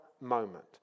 moment